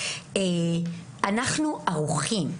אנחנו ערוכים.